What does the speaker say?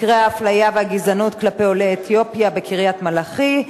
מקרי האפליה והגזענות כלפי עולי אתיופיה בקריית-מלאכי.